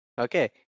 Okay